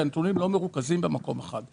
כי הנתונים לא מרוכזים במקום אחד.